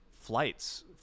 flights